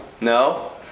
No